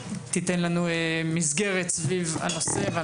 תיתן לנו מסגרת סביב הנושא.